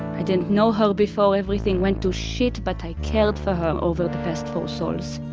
i didn't know her before everything went to shit, but i cared for her over the past four sols.